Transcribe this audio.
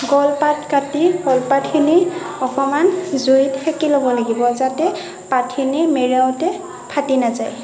কলপাত কাটি কলপাতখিনি অকণমান জুইত সেকি ল'ব লাগিব যাতে পাতখিনি মেৰিৱাওতে ফাটি নাযায়